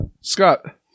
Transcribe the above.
Scott